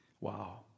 Wow